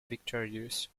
victorious